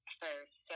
first